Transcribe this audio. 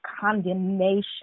condemnation